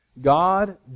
God